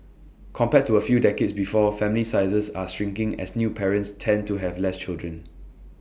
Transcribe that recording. compared to A few decades before family sizes are shrinking as new parents tend to have less children